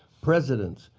presidents,